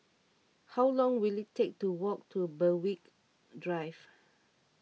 how long will it take to walk to Berwick Drive